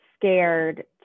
scared